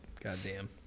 goddamn